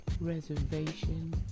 reservation